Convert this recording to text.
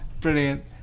Brilliant